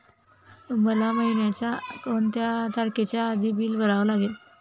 मला महिन्याचा कोणत्या तारखेच्या आधी बिल भरावे लागेल?